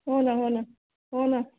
हो ना हो ना हो ना